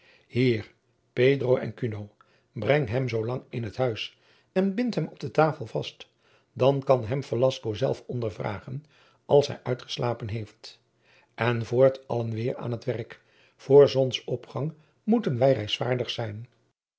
en cuno brengt hem zoolang in huis en bindt hem op de tafel vast dan kan hem velasco zelf ondervragen als hij uitgeslapen heeft en voort allen weêr aan t werk voor zonnenopgang moeten wij reisvaardig zijn